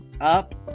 up